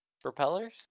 propellers